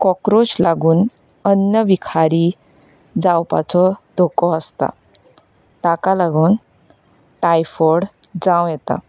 cockroach लागून अन्न विकारी जावपाचो धोको आसता ताका लागून टायफोय्ड जावं येता